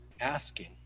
asking